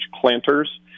planters